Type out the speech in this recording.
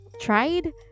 tried